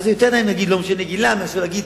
אז יותר נעים להגיד "לא משנה גילם" מאשר להגיד